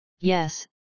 Yes